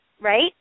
right